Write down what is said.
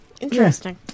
Interesting